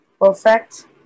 Perfect